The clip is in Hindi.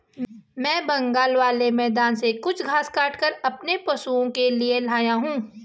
मैं बगल वाले मैदान से कुछ घास काटकर अपने पशुओं के लिए लाया हूं